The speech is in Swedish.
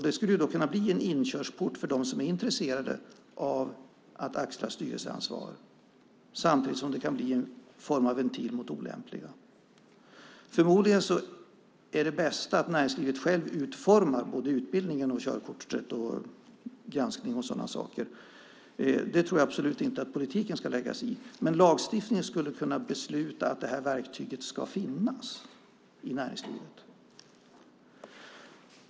Det skulle kunna bli en inkörsport för dem som är intresserade av att axla styrelseansvar samtidigt som det kan bli en form av ventil mot olämpliga. Förmodligen är det bästa att näringslivet självt utformar utbildning, körkort och granskning. Det tror jag absolut inte att politikerna ska lägga sig i. Men genom lagstiftning skulle man kunna besluta om att detta verktyg ska finnas i näringslivet.